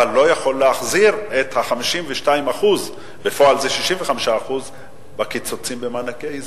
אבל הוא לא יוכל להחזיר את ה-52% בפועל זה 65% קיצוץ במענקי האיזון.